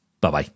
Bye-bye